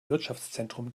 wirtschaftszentrum